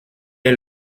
est